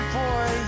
boy